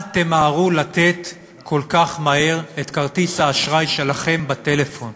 אל תיתנו כל כך מהר את כרטיס האשראי שלכם בטלפון,